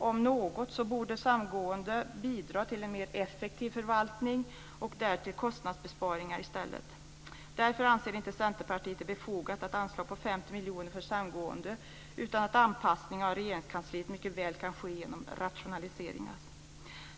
Ett samgående borde om något bidra till en mer effektiv förvaltning och därför ge kostnadsbesparingar i stället. Därför anser inte Centerpartiet att det är befogat med ett anslag på 50 miljoner för ett samgående. En anpassning av Regeringskansliet kan mycket väl ske genom rationaliseringar.